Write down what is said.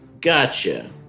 Gotcha